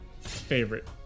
Favorite